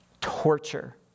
torture